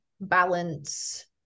balance